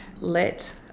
let